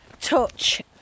Touch